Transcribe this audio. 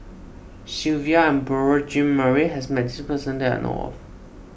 Silvia Yong and Beurel Jean Marie has met this person that I know of